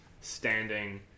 standing